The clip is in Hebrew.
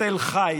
בתל חי,